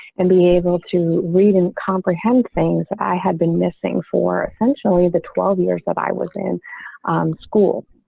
and be able to read and comprehend things that i had been missing for essentially the twelve years of i was in school.